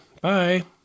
Bye